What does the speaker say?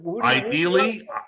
Ideally